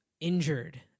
injured